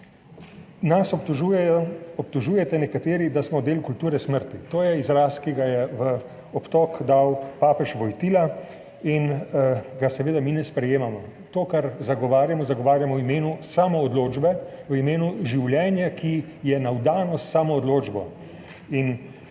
obtožujete, da smo del kulture smrti. To je izraz, ki ga je dal v obtok papež Wojtyla in ga seveda mi ne sprejemamo. To, kar zagovarjamo, zagovarjamo v imenu samoodločbe, v imenu življenja, ki je navdano s samoodločbo.